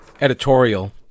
editorial